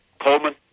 Coleman